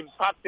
impacting